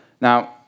Now